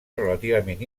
relativament